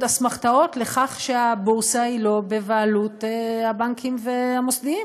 אסמכתאות לכך שהבורסה היא לא בבעלות הבנקים והמוסדיים,